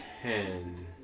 ten